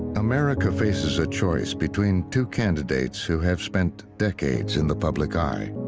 america faces a choice between two candidates who have spent decades in the public eye.